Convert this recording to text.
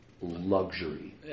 luxury